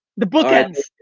the book ends,